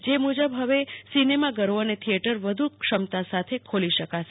જે મુખ્યત્વે સિનેમાઘરો અને થિચેટર વધુ ક્ષમતા સાથે ખોલી શકાશે